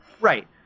Right